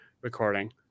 recording